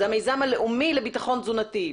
זה המיזם הלאומי לביטחון תזונתי.